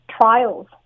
trials